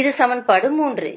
இது சமன்பாடு 3